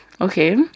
Okay